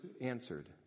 answered